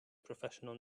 professional